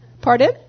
Pardon